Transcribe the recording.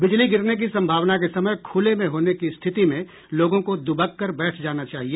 बिजली गिरने की संभावना के समय खुले में होने की स्थिति में लोगों को दुबक कर बैठ जाना चाहिए